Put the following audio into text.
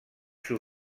sous